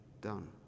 done